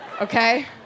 okay